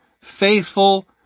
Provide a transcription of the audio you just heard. faithful